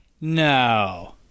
no